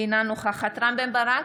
אינה נוכחת רם בן ברק,